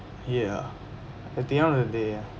ya at the end of the day